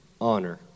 honor